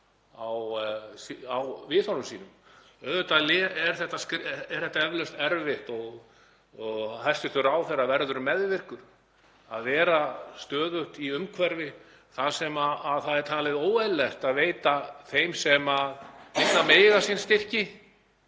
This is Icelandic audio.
á viðhorfum sínum. Auðvitað er þetta eflaust erfitt og hæstv. ráðherra verður meðvirkur af því að vera stöðugt í umhverfi þar sem það er talið óeðlilegt að veita þeim sem minna mega sín styrki,